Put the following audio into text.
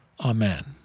Amen